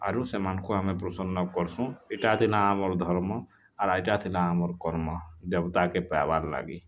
ଆରୁ ସେମାନଙ୍କୁ ଆମେ ପ୍ରସନ୍ନ କରସୁଁ ଇଟା ଥିଲା ଆମର୍ ଧର୍ମ ଆର୍ ଇଟା ଥିଲା ଆମର୍ କର୍ମ ଦେବତାକେ ପାଏବାର୍ ଲାଗି